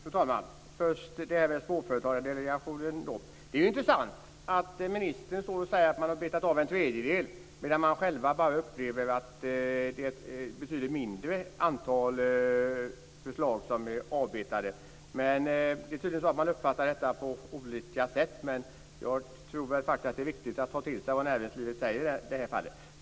Fru talman! Först vill jag ta upp Småföretagsdelegationen. Det är intressant att ministern står och säger att man har betat av en tredjedel av förslagen. Jag själv upplever att det är ett betydligt mindre antal förslag som är avbetade. Det är tydligen så att vi uppfattar detta på olika sätt. Jag tror att det är viktigt att ta till sig vad näringslivet säger i detta fall.